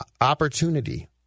opportunity